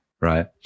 right